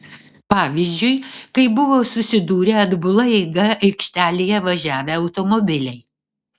pavyzdžiui kai buvo susidūrę atbula eiga aikštelėje važiavę automobiliai